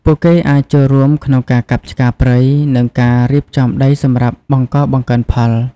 ពួកគេអាចចូលរួមក្នុងការកាប់ឆ្ការព្រៃ និងការរៀបចំដីសម្រាប់បង្កបង្កើនផល។